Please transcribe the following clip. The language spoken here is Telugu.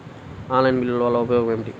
ఆన్లైన్ బిల్లుల వల్ల ఉపయోగమేమిటీ?